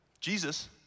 Jesus